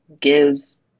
gives